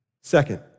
Second